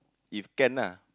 if can lah